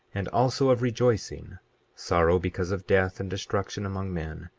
and also of rejoicing sorrow because of death and destruction among men,